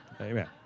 Amen